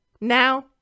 Now